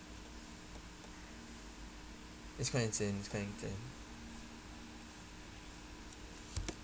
it's quite insane this kind of thing